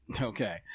Okay